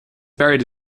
buried